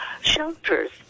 shelters